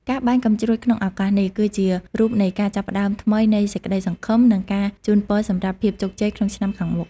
ការបាញ់កាំជ្រួចក្នុងឱកាសនេះ គឺជារូបនៃការចាប់ផ្ដើមថ្មីនៃសេចក្តីសង្ឃឹម និងការជូនពរសម្រាប់ភាពជោគជ័យក្នុងឆ្នាំខាងមុខ។